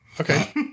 Okay